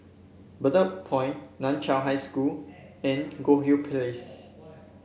Bedok Point Nan Chiau High School and Goldhill Place